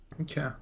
Okay